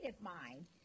mind